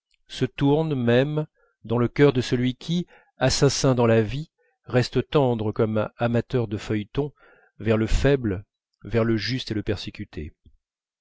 se tourne même dans le cœur de celui qui assassin dans la vie reste tendre comme amateur de feuilletons vers le faible vers le juste et le persécuté